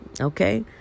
Okay